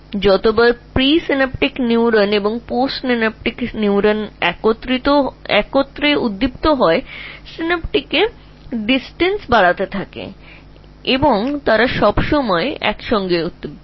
সুতরাং যতবার প্রাক সিন্যাপটিক নিউরন এবং পোস্ট সিনাপটিক নিউরনগুলিকে একসাথে ফায়ার করা হয় তখন সেখানে সিন্যাপটিক দূরত্ব বাড়তে থাকবে এবং তারা সর্বদা একসাথে ফায়ার করবে এটি স্বল্পমেয়াদী স্মৃতির ভিত্তি